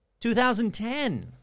2010